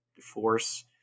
force